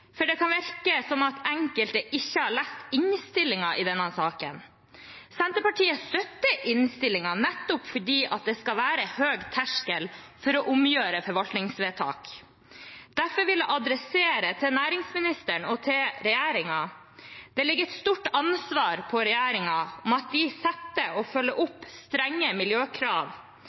presisering. Det kan virke som at enkelte ikke har lest innstillingen i denne saken. Senterpartiet støtter innstillingen nettopp fordi det skal være en høy terskel for å omgjøre forvaltningsvedtak. Derfor vil jeg adressere til næringsministeren og regjeringen at det ligger et stort ansvar på regjeringen for å sette opp og følge opp strenge miljøkrav